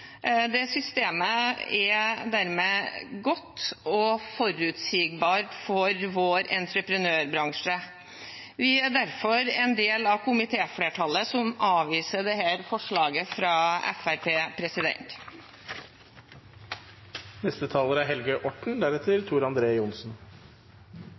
Det systemet er dermed godt og forutsigbart for vår entreprenørbransje. Vi er derfor en del av komitéflertallet, som avviser dette forslaget fra Fremskrittspartiet. Som det står i overskriften, «kostnadseffektive veiinvesteringer» – det er